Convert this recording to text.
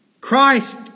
Christ